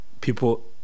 people